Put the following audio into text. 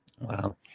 Wow